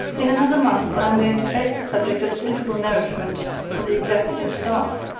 in another month i am going to face the subject of suitable nourishment for the executive staff.